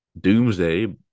doomsday